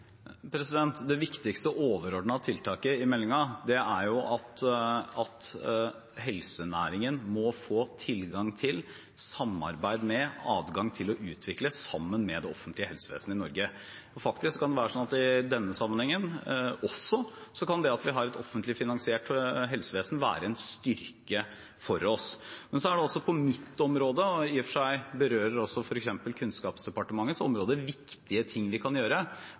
framtidsnæringen? Det viktigste overordnede tiltaket i meldingen er at helsenæringen må få tilgang til samarbeid og adgang til å utvikle, sammen med det offentlige helsevesenet i Norge. At vi har et offentlig finansiert helsevesen, kan i denne sammenhengen være en styrke for oss. Men på mitt område, og som i og for seg berører også f.eks. Kunnskapsdepartementets områder, kan vi gjøre viktige ting. Hvis jeg ikke husker feil, har f.eks. denne regjeringen kraftig styrket forny-programmene, som går til TTO-ene, altså kommersialiseringsdelen av universiteter og høyskoler. Nå skal vi